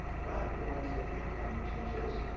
not the ones they think climate change is.